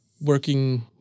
working